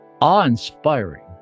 awe-inspiring